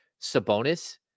Sabonis